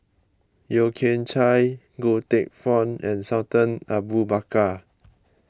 Yeo Kian Chye Goh Teck Phuan and Sultan Abu Bakar